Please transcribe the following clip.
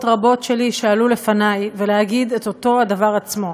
רבות שלי שעלו לפני ולהגיד את אותו הדבר עצמו.